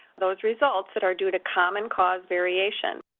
those results that are due to common cause variation.